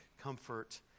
comfort